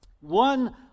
One